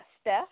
Steph